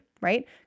right